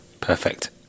Perfect